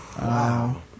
Wow